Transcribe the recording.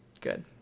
good